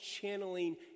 channeling